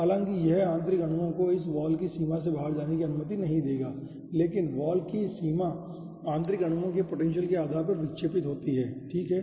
हालांकि यह आंतरिक अणुओं को इस वॉल की सीमा से बाहर जाने की अनुमति नहीं देगा लेकिन वॉल की सीमा आंतरिक अणुओं के पोटेंशियल के आधार पर विक्षेपित हो सकती है ठीक है